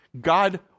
God